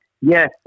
Yes